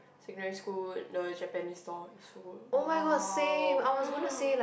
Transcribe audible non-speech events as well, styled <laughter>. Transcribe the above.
secondary school the Japanese song is w~ !wow! <noise>